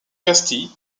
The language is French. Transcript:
castille